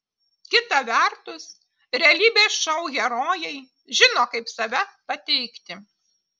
kita vertus realybės šou herojai žino kaip save pateikti